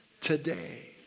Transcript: today